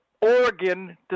Oregon